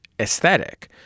aesthetic